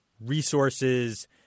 resources